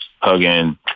hugging